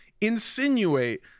insinuate